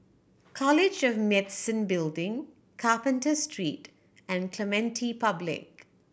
College of Medicine Building Carpenter Street and Clementi Public